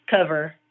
cover